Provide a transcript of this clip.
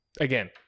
again